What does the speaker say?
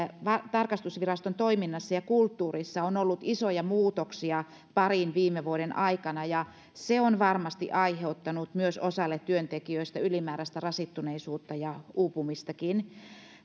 tarkastusviraston toiminnassa ja kulttuurissa on ollut isoja muutoksia parin viime vuoden aikana ja se on varmasti aiheuttanut osalle työntekijöistä myös ylimääräistä rasittuneisuutta ja uupumistakin